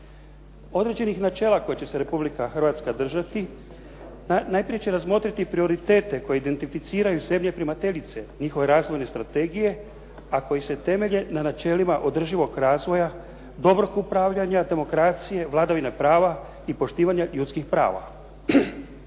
Određenih načela kojih će se Republika Hrvatska držati najprije će razmotriti prioritete koji identificiraju zemlje primateljice, njihove razvojne strategije, a koji se temelje na načelima održivog razvoja, dobrog upravljanja, demokracije, vladavine prava i poštivanja ljudskih prava.